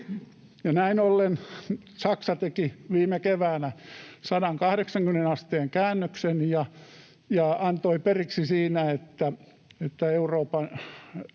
Näin ollen Saksa teki viime keväänä 180 asteen käännöksen ja antoi periksi siinä, että Euroopan